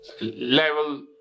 level